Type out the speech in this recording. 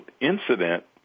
incident